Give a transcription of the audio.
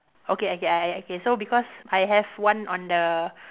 okay okay I okay so because I have one on the